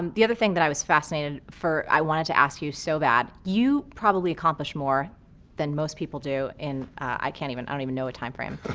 and the other thing that i was fascinated for, i wanted to ask you so bad, you've probably accomplished more than most people do in, i can't even, i don't even know what time frame. but